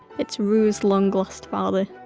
it's roo's long lost father.